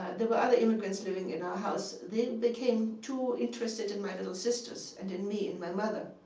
there were other immigrants living in our house. they became too interested in my little sisters and in me and my mother.